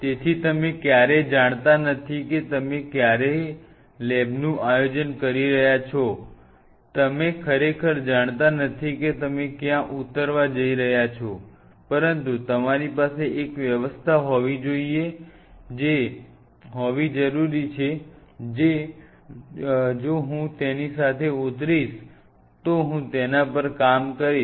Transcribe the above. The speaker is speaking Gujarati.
તેથી તમે ક્યારેય જાણતા નથી કે તમે ક્યારે લેબનું આયોજન કરી રહ્યા છો તમે ખરેખર જાણતા નથી કે તમે ક્યાં ઉતરવા જઈ રહ્યા છો પરંતુ તમારી પાસે એક વ્યવસ્થા હોવી જરૂરી છે કે જો હું તેની સાથે ઉતરીશ તો હું તેના પર કામ કરીશ